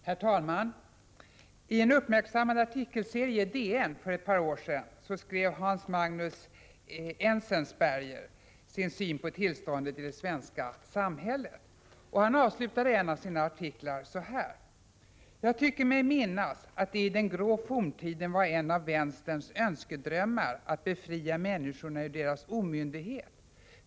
Herr talman! I en uppmärksammad artikelserie i DN för ett par år sedan gav Hans Magnus Enzensberger sin syn på tillståndet i det svenska samhället. Han avslutade en av sina artiklar så här: ”Jag tycker mig minnas att det i den grå forntiden var en av vänsterns önskedrömmar att befria människorna ur deras omyndighet.